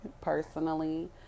personally